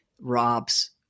ROBS